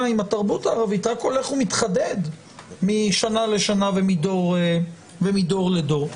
עם התרבות הערבית רק הולך ומתחדד משנה לשנה ומדור לדור.